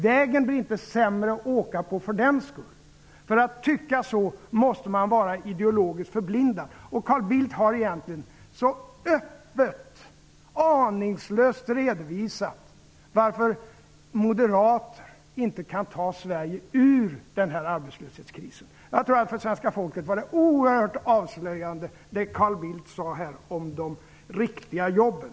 Vägen blir för den skull inte sämre. För att kunna tycka så måste man vara ideologiskt förblindad. Carl Bildt har öppet och aningslöst redovisat varför Moderaterna inte kan ta Sverige ut ur den här arbetslöshetskrisen. Jag tror att det Carl Bildt här sade om de riktiga jobben för det svenska folket var oerhört avslöjande.